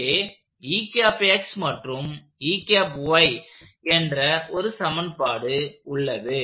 இங்கே மற்றும் என்ற ஒரு சமன்பாடு உள்ளது